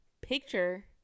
picture